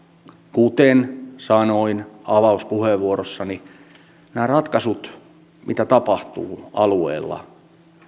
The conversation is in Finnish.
kuten sanoin avauspuheenvuorossani näitä ratkaisuja mitä tapahtuu alueella